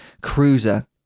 cruiser